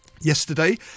Yesterday